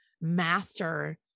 master